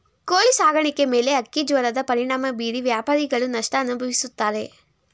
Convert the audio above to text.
ಕೋಳಿ ಸಾಕಾಣಿಕೆ ಮೇಲೆ ಹಕ್ಕಿಜ್ವರದ ಪರಿಣಾಮ ಬೀರಿ ವ್ಯಾಪಾರಿಗಳು ನಷ್ಟ ಅನುಭವಿಸುತ್ತಾರೆ